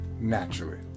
naturally